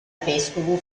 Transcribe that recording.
vescovo